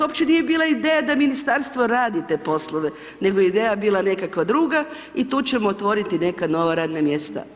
Uopće nije bila ideja da Ministarstvo radi te poslove nego je ideja bila nekakva druga i tu ćemo otvoriti neka nova radna mjesta.